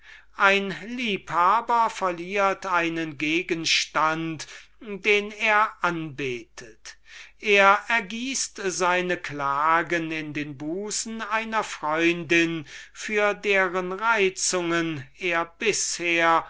ein liebhaber verliert einen gegenstand den er anbetet er ergießt seine klagen in den busen einer freundin für deren reizungen er bisher